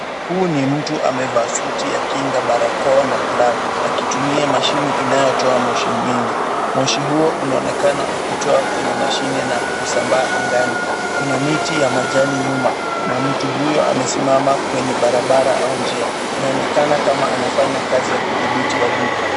Huu ni mtu amevaa suti ya kinga barakoa na glavu, akitumia mashine inayotoa moshi mwingi, moshi huo unaonekana ukitoa kwenye mashine na kusambaa angani. Kuna miti ya majani nyuma, na mtu huyo amesimama kwenye barabara au njia, inaonekana kama anafanya kazi ya kudhibiti wadudu.